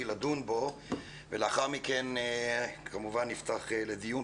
לדון בו ולאחר מכן כמובן נפתח לדיון.